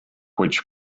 which